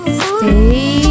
stay